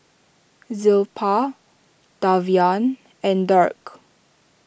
Zilpah Davian and Dirk